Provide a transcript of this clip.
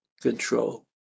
control